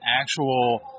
actual